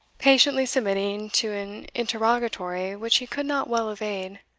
patiently submitting to an interrogatory which he could not well evade.